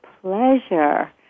pleasure